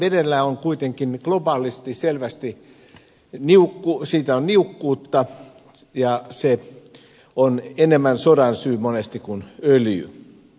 vedestä on kuitenkin globaalisti selvästi niukkuutta ja monesti se on enemmän sodan syy kuin öljy